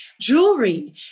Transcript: jewelry